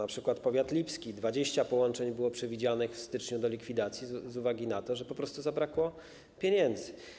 Np. powiat lipski: 20 połączeń było przewidzianych w styczniu do likwidacji z uwagi na to, że po prostu zabrakło pieniędzy.